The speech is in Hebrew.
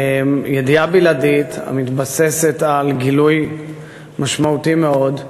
ידיעה בלעדית המתבססת על גילוי משמעותי מאוד,